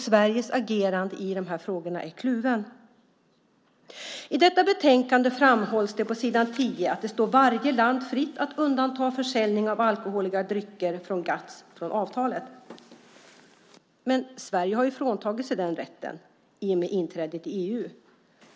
Sveriges agerande i dessa frågor är kluvet. I detta betänkande framhålls på s. 10 att det står varje land fritt att undanta försäljning av alkoholhaltiga drycker från GATS-avtalet. Men Sverige har ju frånsagt sig den rätten i och med inträdet i EU.